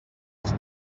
les